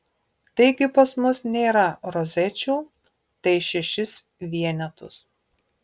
taigi pas mus nėra rozečių tai šešis vienetus